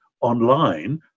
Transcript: online